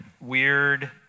weird